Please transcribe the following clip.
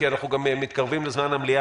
כי אנחנו גם מתקרבים לזמן המליאה,